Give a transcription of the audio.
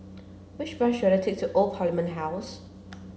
which bus should I take to Old Parliament House